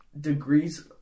degrees